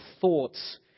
thoughts